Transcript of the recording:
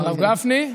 הרב גפני,